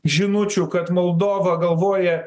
žinučių kad moldova galvoja